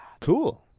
Cool